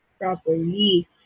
properly